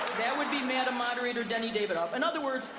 that would be madam moderator denny davidoff. in other words,